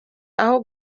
aho